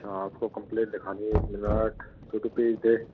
अच्छा आपको कंप्लेंट लिखानी है एक मिनिट छोटू पेज दे